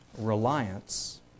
reliance